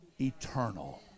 eternal